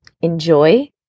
Enjoy